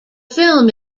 film